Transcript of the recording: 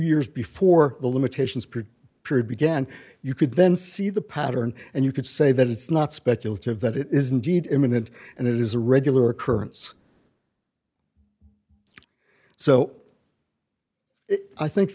years before the limitations period began you could then see the pattern and you could say that it's not speculative that it is indeed imminent and it is a regular occurrence so i think